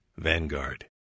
Vanguard